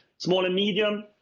small and medium.